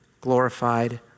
glorified